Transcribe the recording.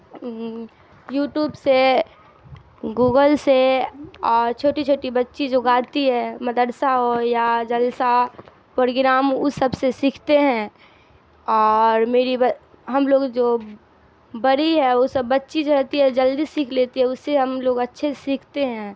YouTube سے Google سے اور چھوٹی چھوٹی بچی جو گاتی ہے مدرسہ ہو یا جلسا پریگرام اس سب سے سیکھتے ہیں اور میری ہم لوگ جو بڑی ہے وہ سب بچی جو رہتی ہے جلد سیکھ لیتی ہے اس سے ہم لوگ اچھے سیکھتے ہیں